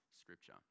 Scripture